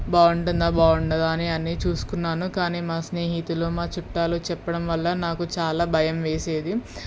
బాగుంటుందా బాగుండదా అని అన్నీ చూసుకున్నాను కానీ మా స్నేహితులు మా చుట్టాలు చెప్పడం వల్ల నాకు చాలా భయం వేసేది